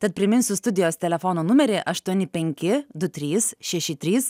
tad priminsiu studijos telefono numerį aštuoni penki du trys šeši trys